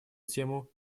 тему